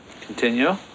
Continue